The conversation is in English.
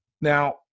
Now